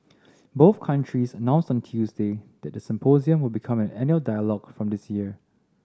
both countries announced on Tuesday that the symposium will become an annual dialogue from this year